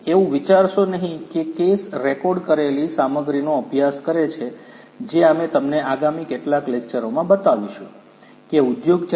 એવું વિચારશો નહીં કે કેસ રેકોર્ડ કરેલી સામગ્રીનો અભ્યાસ કરે છે જે અમે તમને આગામી કેટલાક લેકચરોમાં બતાવીશું કે ઉદ્યોગ 4